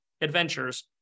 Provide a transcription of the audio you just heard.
adventures